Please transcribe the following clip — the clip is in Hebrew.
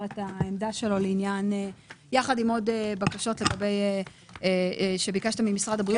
את העמדה שלו יחד עם עוד בקשות ממשרד הבריאות.